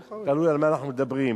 תלוי על מה אנחנו מדברים.